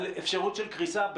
על אפשרות של קריסה,